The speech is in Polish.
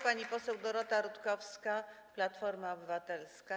Pani poseł Dorota Rutkowska, Platforma Obywatelska.